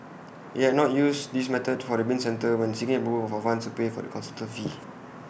IT had not used this method for the bin centre when seeking approval for funds to pay the consultancy fee